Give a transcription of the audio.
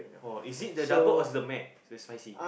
oh is it the double or is the McSpicy